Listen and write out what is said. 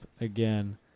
again